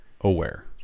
Aware